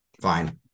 fine